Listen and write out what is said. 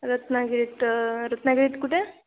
रत्नागिरीत रत्नागिरीत कुठे